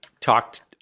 talked